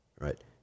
right